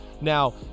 Now